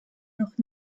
noch